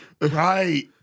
right